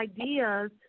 ideas